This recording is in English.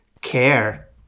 care